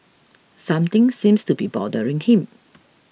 something seems to be bothering him